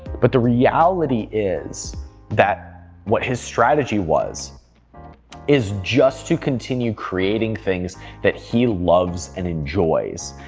but the reality is that what his strategy was is just to continue creating things that he loves and enjoys.